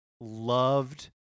loved